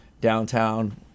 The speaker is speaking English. downtown